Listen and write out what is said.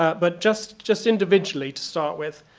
ah but just just individually to start with,